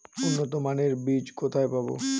উন্নতমানের বীজ কোথায় পাব?